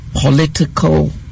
political